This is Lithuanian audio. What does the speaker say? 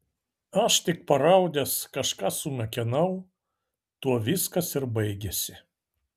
aš tik paraudęs kažką sumekenau tuo viskas ir baigėsi